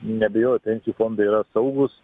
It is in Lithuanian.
neabejotinai fondai yra saugūs